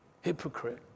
hypocrite